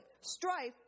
strife